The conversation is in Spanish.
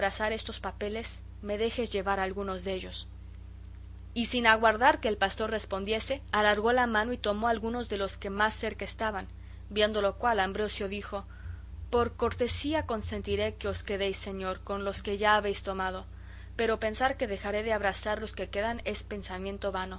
estos papeles me dejes llevar algunos dellos y sin aguardar que el pastor respondiese alargó la mano y tomó algunos de los que más cerca estaban viendo lo cual ambrosio dijo por cortesía consentiré que os quedéis señor con los que ya habéis tomado pero pensar que dejaré de abrasar los que quedan es pensamiento